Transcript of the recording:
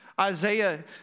Isaiah